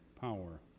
power